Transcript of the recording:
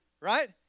right